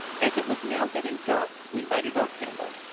as it was now getting dark we lighted our candle,